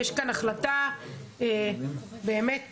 יש כאן החלטה באמת מיותרת,